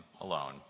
alone